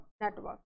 network